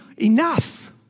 enough